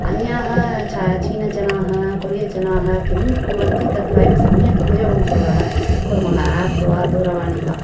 अन्याः चीनजनाः कोरियजनाः किं कुर्वन्ति तत् वयं सम्यक् उपयोगं कुर्वः कुर्मः आप् वा दूरवाणी वा